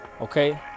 Okay